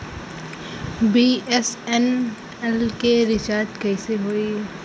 BSNL के recharge कैसे होयी?